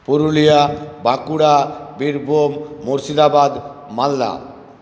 Purulia Bankura Birbhum Murshidabad Malda